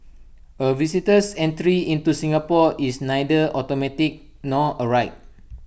A visitor's entry into Singapore is neither automatic nor A right